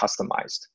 customized